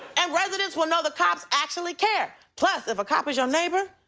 and residents will know the cops actually care. plus, if a cop was your neighbor,